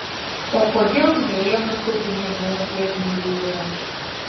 o kodėl neėmus tų pinigų jeigu jų yra